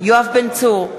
יואב בן צור,